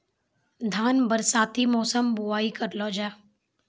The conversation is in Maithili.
धान बरसाती मौसम बुवाई करलो जा?